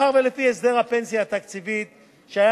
מאחר שלפי הסדר הפנסיה התקציבית שהיה